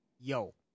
yo